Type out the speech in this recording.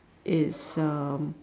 is um